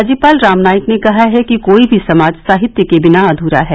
राज्यपाल राम नाईक ने कहा है कि कोई भी समाज साहित्य के बिना अधूरा है